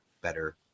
better